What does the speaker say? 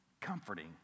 comforting